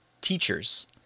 teachers